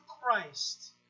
Christ